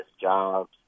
jobs